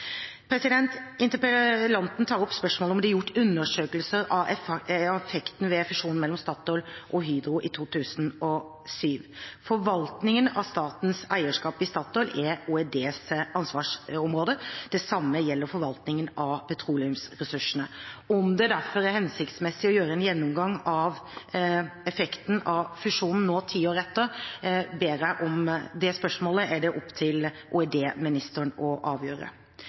Interpellanten tar opp spørsmålet om det er gjort undersøkelser av effekten ved fusjonen mellom Statoil og Hydro i 2007. Forvaltningen av statens eierskap i Statoil er OEDs ansvarsområde. Det samme gjelder forvaltningen av petroleumsressursene. Om det derfor er hensiktsmessig å gjøre en gjennomgang av effekten av fusjonen nå ti år etter, er et spørsmål som det er opp til olje- og energiministeren å avgjøre.